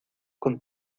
con